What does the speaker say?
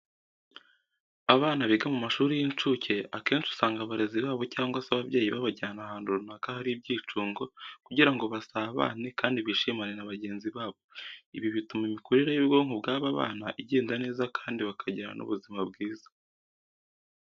Abana biga mu mashuri y'incuke akenshi usanga abarezi babo cyangwa se ababyeyi babajyana ahantu runaka hari ibyicungo kugira ngo basabane, kandi bishimane na bagenzi babo. Ibi bituma imikurire y'ubwonko bw'aba bana igenda neza kandi bakagira n'ubuzima bwiza.